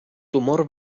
tumor